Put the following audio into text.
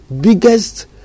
biggest